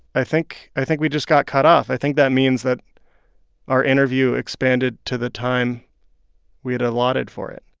i think i think we just got cut off. i think that means that our interview expanded to the time we had allotted for it